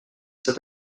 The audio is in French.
cet